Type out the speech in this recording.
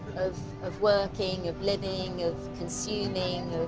of of working, of living, of consuming,